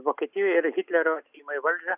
vokietijoje ir hitlerio atėjimą į valdžią